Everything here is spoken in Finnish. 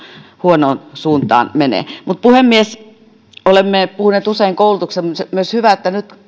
huonoon suuntaan menee mutta puhemies olemme puhuneet usein koulutuksesta mutta on myös hyvä että nyt